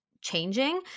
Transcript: changing